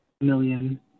million